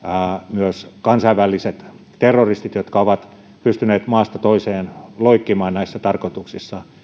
myös kansainväliset terroristit jotka ovat pystyneet maasta toiseen loikkimaan näissä tarkoituksissa